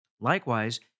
Likewise